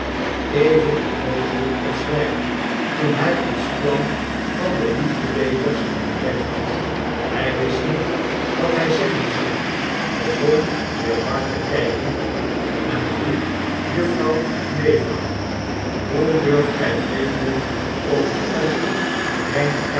even onnoozel als wjj toen hjj ons plan van deliefdebekers ontdekt had hg wist niet wat hfl zeggen zou begon weer bar te kpen enriepjuffrouw mavor hoe durft gfl vreemden op die manier in